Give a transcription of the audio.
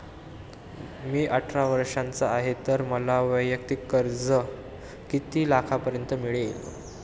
मी अठरा वर्षांचा आहे तर मला वैयक्तिक कर्ज किती लाखांपर्यंत मिळेल?